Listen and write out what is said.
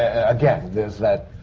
again, there's that.